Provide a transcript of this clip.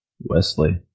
wesley